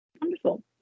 wonderful